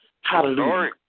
Hallelujah